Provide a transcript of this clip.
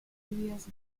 previous